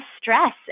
stress